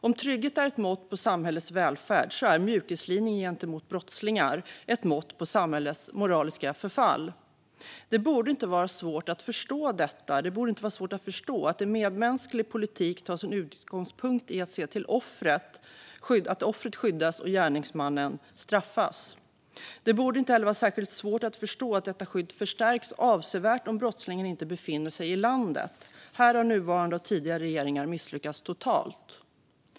Om trygghet är ett mått på samhällets välfärd är mjukislinjen mot brottslingar ett mått på samhällets moraliska förfall. Det borde inte vara svårt att förstå detta. Det borde inte vara svårt att förstå att en medmänsklig politik tar sin utgångspunkt i att se till att offret skyddas och gärningsmannen straffas. Det borde heller inte vara särskilt svårt att förstå att detta skydd förstärks avsevärt om brottslingen inte befinner sig i landet. Här har nuvarande och tidigare regeringar misslyckats totalt.